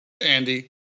Andy